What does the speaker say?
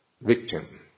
victim